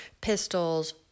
pistols